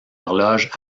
horloge